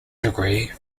degree